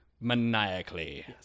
maniacally